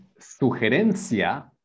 sugerencia